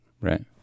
Right